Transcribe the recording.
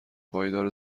پایدار